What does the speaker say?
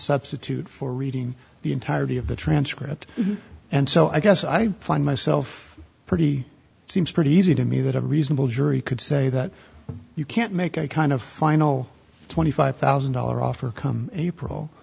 substitute for reading the entirety of the transcript and so i guess i find myself pretty seems pretty easy to me that a reasonable jury could say that you can't make any kind of final twenty five thousand dollar offer come april